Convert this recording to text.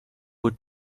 would